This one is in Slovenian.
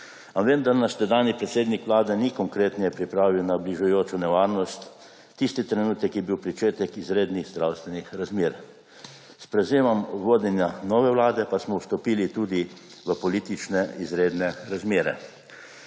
a vendar nas tedanji predsednik vlade ni konkretneje pripravil na bližajočo nevarnost. Tisti trenutek je bil pričetek izrednih zdravstvenih razmer. S prevzemom vodenja nove vlade pa smo vstopili tudi v politične izredne razmere.